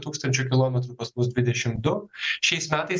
tūkstančių kilometrų pas mus dvidešim du šiais metais